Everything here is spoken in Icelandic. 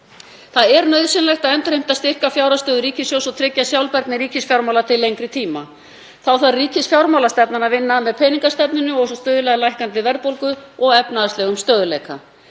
Það er nauðsynlegt að endurheimta styrka fjárhagsstöðu ríkissjóðs og tryggja sjálfbærni ríkisfjármála til lengri tíma. Þá þarf ríkisfjármálastefnan að vinna með peningastefnunni og stuðla að lækkandi verðbólgu og efnahagslegum stöðugleika.